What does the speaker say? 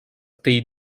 tej